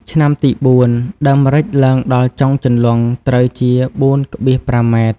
ឆ្នាំទី៤ ដើមម្រេចឡើងដល់ចុងជន្លង់ ត្រូវជា ៤,៥ម។